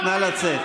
נא לצאת.